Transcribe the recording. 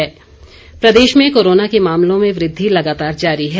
Himachal corona Pradesh में corona के मामलों में वृद्धि लगातार जारी है